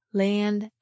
land